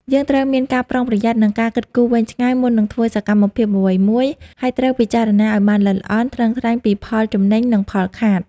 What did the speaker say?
យើងត្រូវមានការប្រុងប្រយ័ត្ន និងការគិតគូរវែងឆ្ងាយ មុននឹងធ្វើសកម្មភាពអ្វីមួយ ហើយត្រូវពិចារណាឲ្យបានល្អិតល្អន់ ថ្លឹងថ្លែងពីផលចំណេញ និងផលខាត។